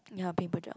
ya pink pajamas